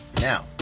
now